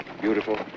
Beautiful